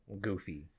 goofy